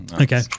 Okay